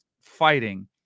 fighting